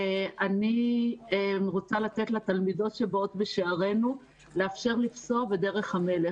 אני רוצה לאפשר לתלמידות שבאות בשערינו לפסוע בדרך המלך.